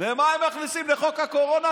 ומה הם מכניסים לחוק הקורונה?